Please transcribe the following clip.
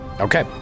Okay